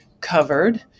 covered